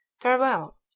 Farewell